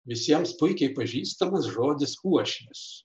visiems puikiai pažįstamas žodis uošvis